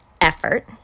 effort